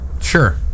Sure